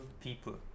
people